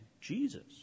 Jesus